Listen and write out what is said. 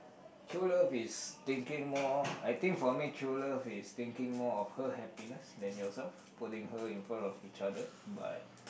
true love is thinking more I think for me true love is thinking more of her happiness than yourself putting her in front of each other but